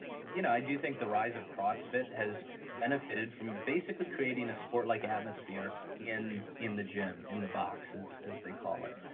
you know, i do think the rise of crossfit has benefited from basically creating a sport like atmosphere in in the gym, in the boxes as they call it.